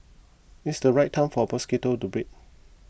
it's the right time for mosquitoes to breed